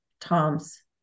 Tom's